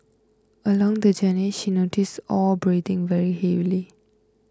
along the journey she noticed Al breathing very heavily